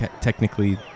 technically